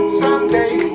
someday